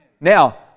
Now